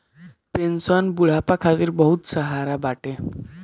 pension बुढ़ापा खातिर बहुते सहारा बाटे